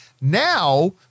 Now